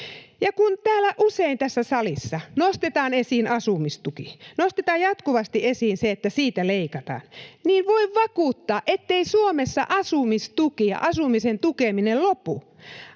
Ja kun tässä salissa usein nostetaan esiin asumistuki, nostetaan jatkuvasti esiin se, että siitä leikataan, niin voin vakuuttaa, ettei Suomessa asumistuki ja asumisen tukeminen lopu.